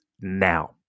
now